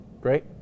Great